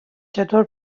چطور